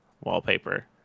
wallpaper